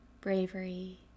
bravery